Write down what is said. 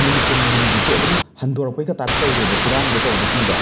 ꯃꯣꯏꯒꯤ ꯄꯨꯝ ꯅꯨꯡꯗꯨꯁꯨ ꯑꯗꯨꯝ ꯍꯟꯗꯣꯔꯛꯄꯩꯒ ꯇꯥꯏꯞ ꯇꯧꯔꯦꯕ ꯈꯨꯗꯥꯡꯗ ꯇꯧꯕꯁꯤꯡꯗꯣ